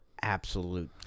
absolute